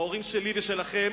ההורים שלי ושלכם